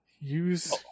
Use